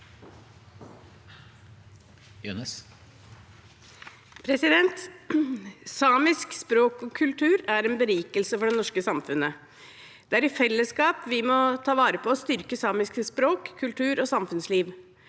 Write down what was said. Samisk språk og kultur er en berikelse for det norske samfunnet. Det er i fellesskap vi må ta vare på og styrke samisk språk, kultur og samfunnsliv.